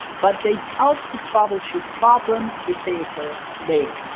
but they help to troubleshoot problems if they occur later.